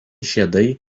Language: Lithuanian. žiedai